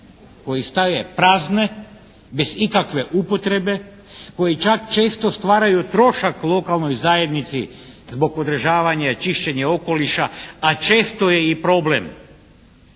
koje stoje prazne bez ikakve upotrebe, koji čak često stvaraju trošak lokalnoj zajednici zbog održavanja, čišćenja okoliša, a često je i problem,